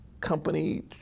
company